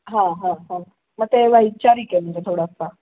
हां हां हां मग ते वैचारिक आहे म्हणजे थोडासा